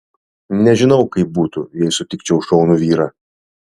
nežinau kaip būtų jei sutikčiau šaunų vyrą